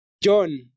John